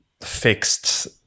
fixed